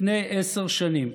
לפני עשר שנים,